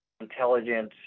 intelligence